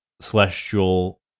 celestial